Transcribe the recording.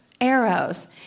arrows